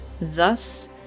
Thus